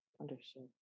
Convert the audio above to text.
Understood